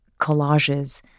collages